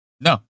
No